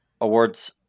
Awards